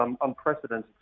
unprecedented